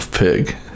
pig